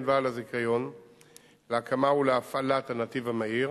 בעל הזיכיון להקמת ולהפעלת הנתיב המהיר